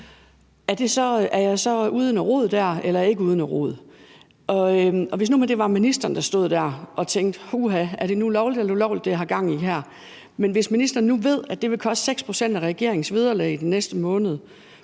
Er jeg så ude i noget rod der, eller er jeg ikke ude i noget rod? Det kunne være ministeren, der stod der og tænkte: Uha, er det nu lovligt eller ulovligt, det, jeg har gang i her? Men hvis ministeren nu vidste, at det ville koste 6 pct. af regeringens vederlag den næste måned,